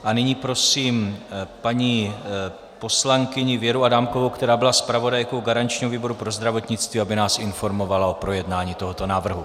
A nyní prosím paní poslankyni Věru Adámkovou, která byla zpravodajkou garančního výboru pro zdravotnictví, aby nás informovala o projednání tohoto návrhu.